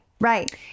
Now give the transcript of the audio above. Right